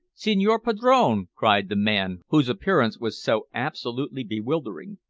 signor padrone! cried the man whose appearance was so absolutely bewildering.